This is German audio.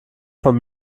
von